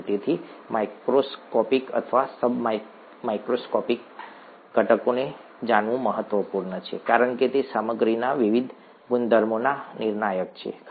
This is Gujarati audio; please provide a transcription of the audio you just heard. તેથી માઇક્રોસ્કોપિક અથવા સબ માઇક્રોસ્કોપિક ઘટકોને જાણવું મહત્વપૂર્ણ છે કારણ કે તે સામગ્રીના વિવિધ ગુણધર્મોના નિર્ણાયક છે ખરું